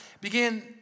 began